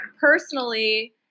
personally